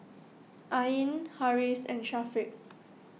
Ain Harris and Syafiq